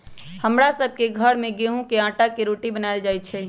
हमरा सभ के घर में गेहूम के अटा के रोटि बनाएल जाय छै